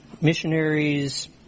missionaries